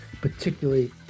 particularly